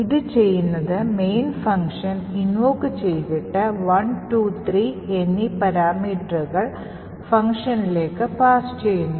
ഇത് ചെയ്യുന്നത് main function ഇൻവോക്ക്ചെയ്തിട്ട് 1 2 3 എന്നീ പാരാമീറ്ററുകൾ ഫംഗ്ഷനിലേക്ക് പാസ്സ് ചെയ്യുന്നു